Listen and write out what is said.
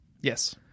Yes